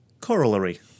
Corollary